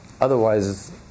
Otherwise